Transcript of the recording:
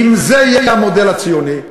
אם זה יהיה המודל הציוני,